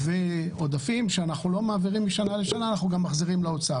ועודפים שאנחנו לא מעבירים משנה לשנה אנחנו גם מחזירים לאוצר.